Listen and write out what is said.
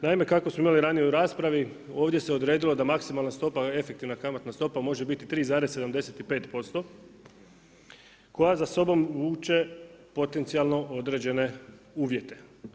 Naime, kako smo imali ranije u raspravi, ovdje se odredilo da maksimalna stopa, efektivna kamatna stopa može biti3,75%, koja za sobom vuče potencijalno određene uvjete.